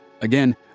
Again